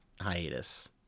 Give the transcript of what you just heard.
hiatus